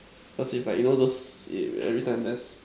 cause if like you know those if every time just